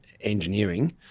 engineering